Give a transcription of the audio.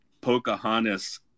Pocahontas